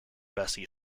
bessie